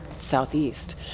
southeast